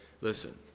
listen